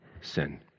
sin